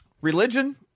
Religion